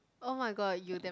oh-my-god you damn